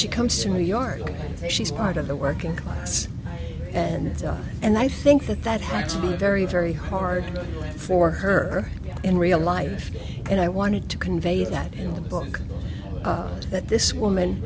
she comes to new york she's part of the working class and and i think that that has to be very very hard for her in real life and i wanted to convey that in the book that this woman